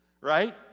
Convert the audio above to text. right